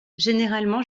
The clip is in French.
généralement